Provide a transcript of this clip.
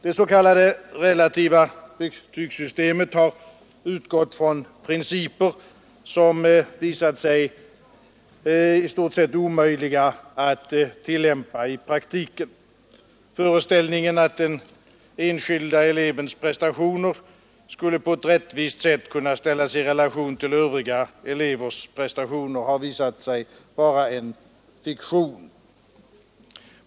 Det s.k. relativa betygssystemet har utgått från principer som visat sig i stort sett omöjliga att tillämpa i praktiken. Föreställningen att den enskilde elevens prestationer på ett rättvist sätt skulle kunna ställas i relation till övriga elevers prestationer har visat sig vara en fiktion.